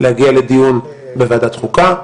להגיע לדיון בוועדת החוקה,